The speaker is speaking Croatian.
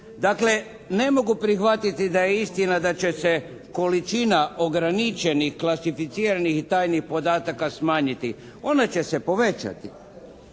Dakle ne mogu prihvatiti da je istina da će se količina ograničenih klasificiranih i tajnih podataka smanjiti. Ona će se povećati.